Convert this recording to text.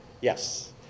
Yes